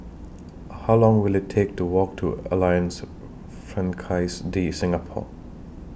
How Long Will IT Take to Walk to Alliance Francaise De Singapour